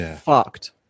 fucked